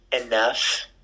enough